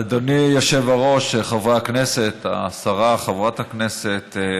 אדוני היושב-ראש, חברי הכנסת, השרה חברת הכנסת,